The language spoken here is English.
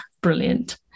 brilliant